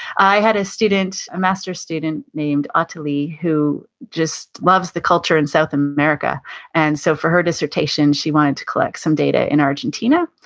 i had a student, a master's student named autalie, who just loves the culture in south america and so for her dissertation, she wanted to collect some data in argentina.